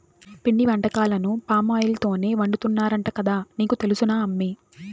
పిండి వంటకాలను పామాయిల్ తోనే వండుతున్నారంట కదా నీకు తెలుసునా అమ్మీ